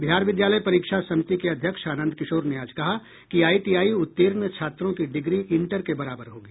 बिहार विद्यालय परीक्षा समिति के अध्यक्ष आनंद किशोर ने आज कहा कि आईटीआई उत्तीर्ण छात्रों की डिग्री इंटर के बराबर होगी